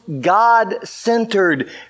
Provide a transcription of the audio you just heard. God-centered